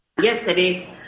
Yesterday